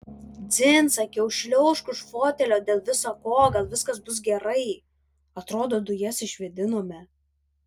dzin sakiau šliaužk už fotelio dėl visa ko gal viskas bus gerai atrodo dujas išvėdinome